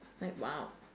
like !wow!